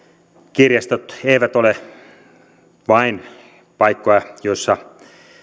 kirjastot eivät ole vain paikkoja joissa